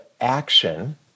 action